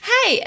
Hey